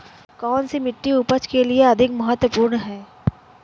कौन सी मिट्टी उपज के लिए अधिक महत्वपूर्ण है?